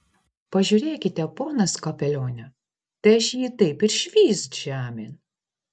pažiūrėkite ponas kapelione tai aš jį taip ir švyst žemėn